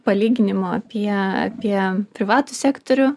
palyginimo apie apie privatų sektorių